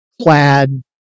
Plaid